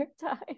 time